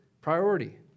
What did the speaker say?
Priority